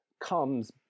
comes